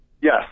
Yes